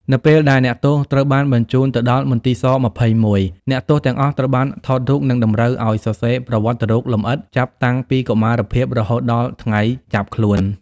នៅពេលដែលអ្នកទោសត្រូវបានញ្ជូនទៅដល់មន្ទីរស-២១ អ្នកទោសទាំងអស់ត្រូវបានថតរូបនិងតម្រូវឱ្យសរសេរប្រវត្តិរូបលម្អិតចាប់ តាំងពីកុមារភាពរហូតដល់ថ្ងៃចាប់ខ្លួន។